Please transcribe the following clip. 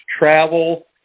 travel